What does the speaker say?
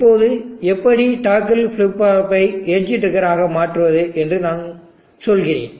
இப்போது எப்படி டாக்கில் ஃபிளிப் ஃப்ளாப்பை எட்ஜ் ட்ரிக்கர் ஆக மாற்றுவது என்று நாங்கள் சொல்கிறோம்